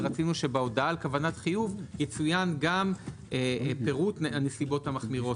ורצינו שבהודעה על כוונת חיוב יצוין גם פירוט הנסיבות המחמירות,